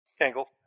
angle